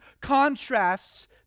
contrasts